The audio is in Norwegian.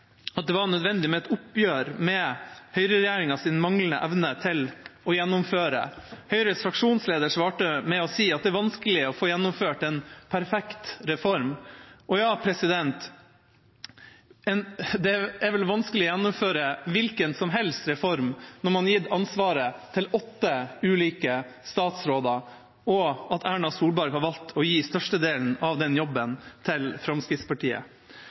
at det var nødvendig med et oppgjør med høyreregjeringas manglende evne til å gjennomføre. Høyres fraksjonsleder svarte med å si at det er vanskelig å få gjennomført en perfekt reform. Ja, det er vel vanskelig å gjennomføre en hvilken som helst reform når man har gitt ansvaret til åtte ulike statsråder og Erna Solberg har valgt å gi størstedelen av den jobben til Fremskrittspartiet.